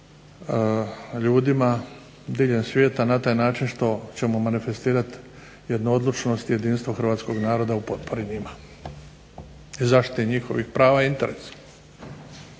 ljudima diljem svijeta na taj način što ćemo manifestirati jednu odlučnost, jedinstvo hrvatskog naroda u potpori njima i zaštiti njihovih prava i interesa.